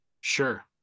Sure